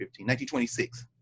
1926